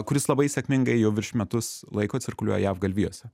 kuris labai sėkmingai jau virš metus laiko cirkuliuoja jav galvijuose